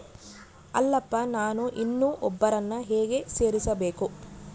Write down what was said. ಅಲ್ಲಪ್ಪ ನಾನು ಇನ್ನೂ ಒಬ್ಬರನ್ನ ಹೇಗೆ ಸೇರಿಸಬೇಕು?